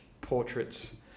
portraits